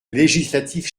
législatif